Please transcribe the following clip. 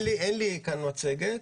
אין לי כאן מצגת.